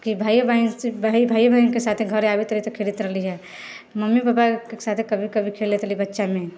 कि भाइये बहिन भाइये बहिनके साथे घरे आबैत रही तऽ खेलाइत रहली हँ मम्मी पापाके साथे कभी कभी खेलैत रहली हँ बच्चामे